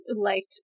liked